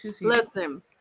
Listen